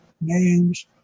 names